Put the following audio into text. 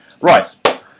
Right